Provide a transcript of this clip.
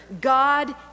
God